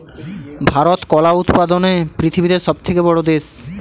ভারত কলা উৎপাদনে পৃথিবীতে সবথেকে বড়ো দেশ